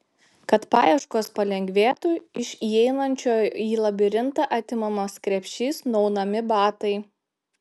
kad paieškos palengvėtų iš įeinančiojo į labirintą atimamas krepšys nuaunami batai